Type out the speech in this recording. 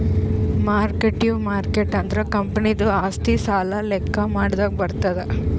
mark ಟ್ಟು market ಅಂದುರ್ ಕಂಪನಿದು ಆಸ್ತಿ, ಸಾಲ ಲೆಕ್ಕಾ ಮಾಡಾಗ್ ಬರ್ತುದ್